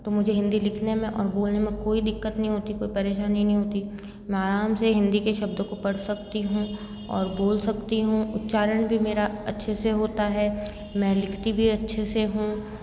तो मुझे हिन्दी लिखने में और बोलने में कोई दिक्कत नहीं होती कोई परेशानी नहीं होती मैं आराम से हिन्दी के शब्दों को पढ़ सकती हूँ और बोल सकती हूँ उच्चारण भी मेरा अच्छे से होता है मैं लिखती भी अच्छे से हूँ